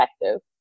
effective